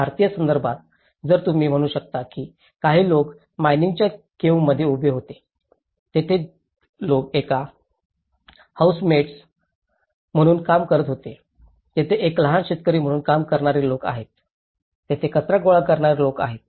भारतीय संदर्भात जर तुम्ही म्हणू शकता की काही लोक मानिंगच्या केव्हमध्ये उभे होते तेथे लोक एक हौसेमाइड्स म्हणून काम करीत होते तेथे एक लहान शेतकरी म्हणून काम करणारे लोक आहेत तेथे कचरा गोळा करणारे लोक आहेत